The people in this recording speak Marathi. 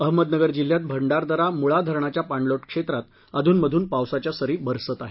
अहमदनगर जिल्ह्यात भंडारदरा मुळा धरणाच्या पाणलोट क्षेत्रात अधूनमधून पावसाच्या सरी बरसत आहेत